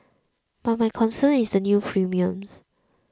but my concern is the new premiums